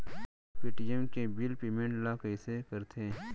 Paytm के bill payment ल कइसे करथे?